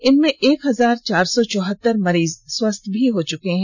इनमें एक हजार चार सौ चौहत्तर मशीज स्वस्थ भी हो चुके हैं